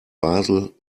basel